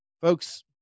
folks